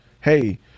Hey